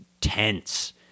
tense